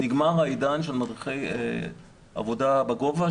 אני מתכבד לפתוח את ישיבת ועדת המשנה למאבק בתאונות עבודה.